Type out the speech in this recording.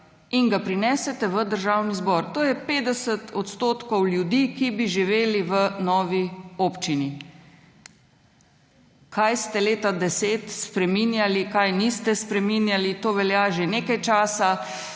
in ga prinesete v Državni zbor. To je 50 % ljudi, ki bi živeli v novi občini. Kaj ste leta 2010 spreminjali, česa niste spreminjali, to velja že nekaj časa.